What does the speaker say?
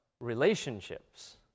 Relationships